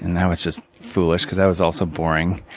and that was just foolish because that was also boring.